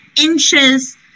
inches